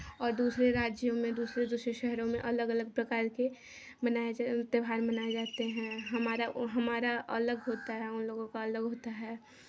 और दूसरे राज्यों में दूसरे दूसरे शहरों में अलग अलग प्रकार के मनाए जा त्योहार मनाए जाते हैं हमारा वो हमारा अलग होता है उन लोगों का अलग होता है